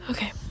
Okay